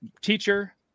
Teacher